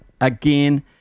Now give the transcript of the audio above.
again